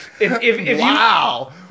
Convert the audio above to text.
Wow